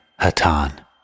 Hatan